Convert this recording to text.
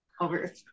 over